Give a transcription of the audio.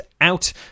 out